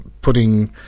putting